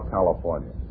California